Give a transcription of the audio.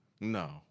No